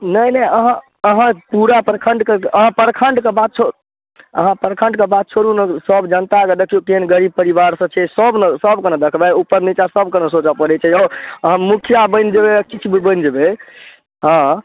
नहि नहि अहाँ अहाँ पूरा प्रखण्ड कऽ अहाँ पूरा प्रखण्ड कऽ बात छोड़ू अहाँ प्रखण्ड कऽ बात छोड़ू ने सभ जनता कऽ दखिऔ केहन गरीब परिवारसँ छै सभ लऽ सभ कऽ ने देखबै ऊपर नीचाँ सभकऽ ने सोचऽ पड़ैत छै यौ अहाँ मुखिआ बनि जयबै किछु भी बनि जयबै हँ